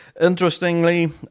Interestingly